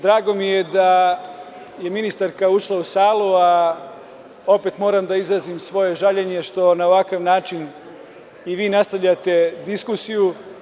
Drago mi je da je ministarka ušla u salu, a opet moram da izrazim svoje žaljenje što na ovakav način i vi nastavljate diskusiju.